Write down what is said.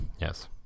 Yes